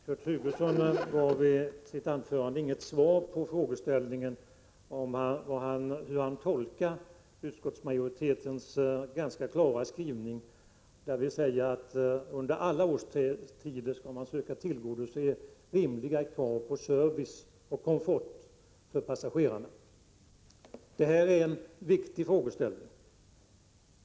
Herr talman! Kurt Hugosson gav i sitt anförande inget svar på frågan om hur han tolkar utskottsmajoritetens ganska klara skrivning, där vi säger att man under alla årstider skall försöka tillgodose rimliga krav på service och komfort för passagerarna. Det är en viktig frågeställning.